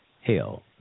Hell